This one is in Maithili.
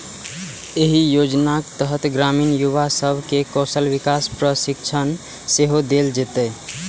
एहि योजनाक तहत ग्रामीण युवा सब कें कौशल विकास प्रशिक्षण सेहो देल जेतै